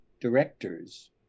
directors